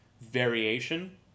variation